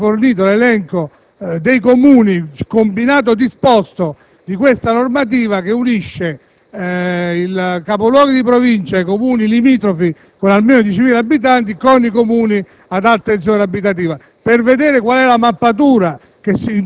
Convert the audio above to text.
in quest'Aula, che venisse fornito l'elenco dei Comuni, il combinato disposto di questa normativa che unisce i capoluoghi di provincia e i Comuni limitrofi con almeno 10.000 abitanti con i Comuni ad alta densità abitativa,